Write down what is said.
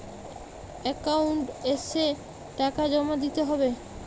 Account এসে টাকা জমা দিতে হবে?